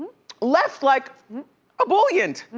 left like ebullient.